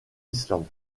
island